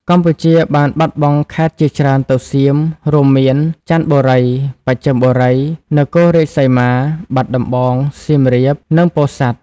កម្ពុជាបានបាត់បង់ខេត្តជាច្រើនទៅសៀម រួមមាន ចន្ទបុរី បស្ចិមបុរី នគររាជសីមា បាត់ដំបង សៀមរាប និងពោធិ៍សាត់។